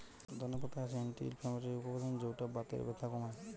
ধনে পাতায় আছে অ্যান্টি ইনফ্লেমেটরি উপাদান যৌটা বাতের ব্যথা কমায়